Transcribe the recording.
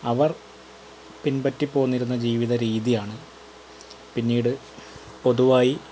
അവർ പിൻപറ്റിപ്പോന്നിരുന്ന ജീവിതരീതിയാണ് പിന്നീട് പൊതുവായി